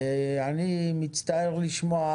ואני מצטער לשמוע.